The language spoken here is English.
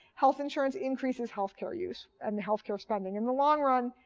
health insurance increases health care use, and health care spending in the long run,